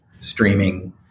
streaming